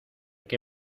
que